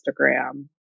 Instagram